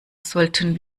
sollten